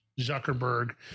Zuckerberg